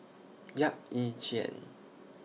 Yap Ee Chian